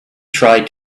tried